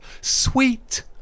sweet